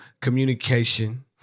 Communication